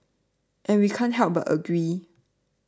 and we can't help but agree